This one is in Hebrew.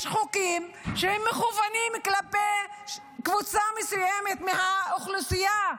יש חוקים שמכוונים כלפי קבוצה מסוימת מהאוכלוסייה,